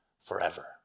forever